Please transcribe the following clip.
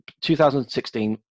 2016